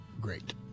great